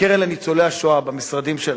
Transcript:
בקרן לניצולי השואה, במשרדים שלהם.